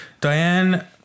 Diane